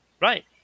Right